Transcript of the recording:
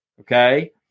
Okay